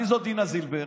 מי זאת דינה זילבר?